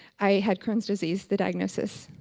i had crohn's disease, the diagnosis.